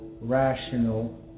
rational